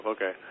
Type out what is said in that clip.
Okay